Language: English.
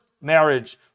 marriage